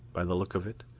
by the look of it.